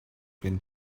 been